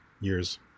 years